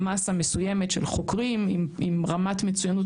מסה מסוימת של חוקרים עם רמת מצוינות